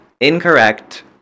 incorrect